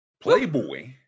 Playboy